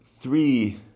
three